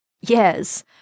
Yes